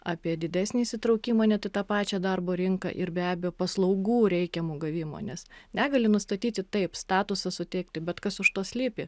apie didesnį įsitraukimą net į tą pačią darbo rinką ir be abejo paslaugų reikiamų gavimo nes negaliai nustatyti taip statusą suteikti bet kas už to slypi